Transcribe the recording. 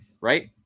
right